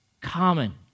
common